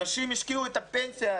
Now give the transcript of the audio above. אנשים השקיעו את הפנסיה.